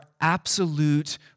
absolute